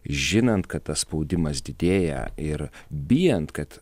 žinant kad tas spaudimas didėja ir bijant kad